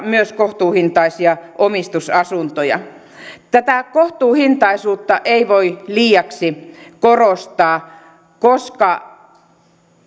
myös kohtuuhintaisia omistusasuntoja tätä kohtuuhintaisuutta ei voi liiaksi korostaa koska